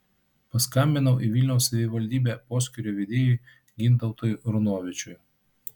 paskambinau į vilniaus savivaldybę poskyrio vedėjui gintautui runovičiui